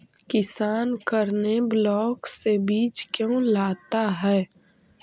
किसान करने ब्लाक से बीज क्यों लाता है?